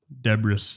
Debris